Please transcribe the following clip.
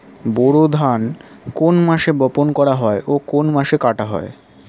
বোরো ধান কোন মাসে বপন করা হয় ও কোন মাসে কাটা হয়?